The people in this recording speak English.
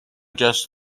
just